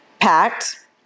packed